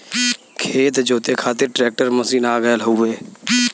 खेत जोते खातिर ट्रैकर मशीन आ गयल हउवे